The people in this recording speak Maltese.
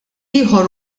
ieħor